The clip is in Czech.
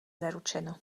zaručeno